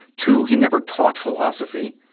two, he never taught philosophy.